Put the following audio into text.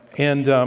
and